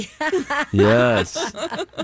Yes